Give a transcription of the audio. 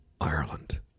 Ireland